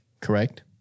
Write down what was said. correct